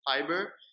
fiber